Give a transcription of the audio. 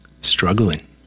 struggling